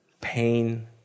pain